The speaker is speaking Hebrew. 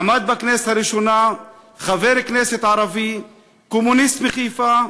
עמד בכנסת הראשונה חבר כנסת ערבי, קומוניסט מחיפה,